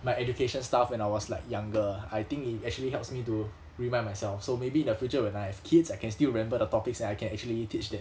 my education stuff when I was like younger I think it actually helps me do remind myself so maybe in the future when I have kids I can still remember the topics and I can actually teach them